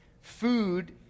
food